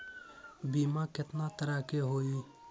बीमा केतना तरह के होइ?